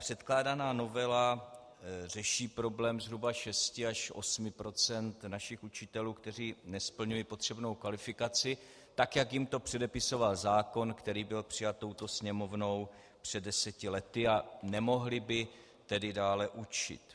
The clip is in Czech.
Předkládaná novela řeší problém zhruba šesti až osmi procent našich učitelů, kteří nesplňují potřebnou kvalifikaci tak, jak jim to předepisoval zákon, který byl přijat touto Sněmovnou před deseti lety, a nemohli by tedy dále učit.